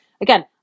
again